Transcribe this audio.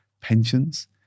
pensions